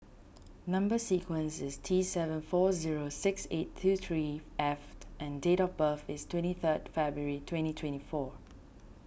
Number Sequence is T seven four zero six eight two three F and date of birth is twenty third February twenty twenty four